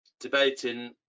debating